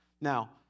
Now